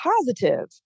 positive